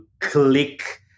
click